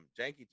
Janky